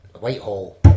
Whitehall